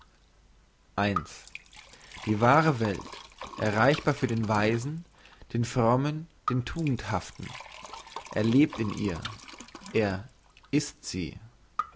die wahre welt erreichbar für den weisen den frommen den tugendhaften er lebt in ihr er ist sie